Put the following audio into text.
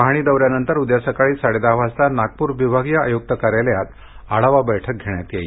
पाहणी दौऱ्यानंतर उद्या सकाळी साडेदहा वाजता नागपूर विभागीय आयुक्त कार्यालयात आढावा बैठक घेण्यात येईल